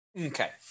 Okay